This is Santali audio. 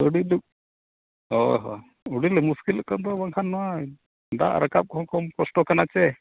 ᱟᱹᱰᱤ ᱫᱩᱠ ᱦᱳᱭ ᱦᱳᱭ ᱟᱹᱰᱤ ᱢᱩᱥᱠᱤᱞᱚᱜ ᱠᱟᱱ ᱫᱚ ᱵᱟᱠᱷᱟᱱ ᱱᱚᱣᱟ ᱫᱟᱜ ᱨᱟᱠᱟᱵ ᱠᱚᱦᱚᱸ ᱠᱚᱢ ᱠᱚᱥᱴᱚ ᱠᱟᱱᱟ ᱥᱮ